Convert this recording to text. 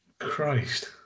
Christ